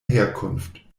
herkunft